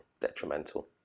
detrimental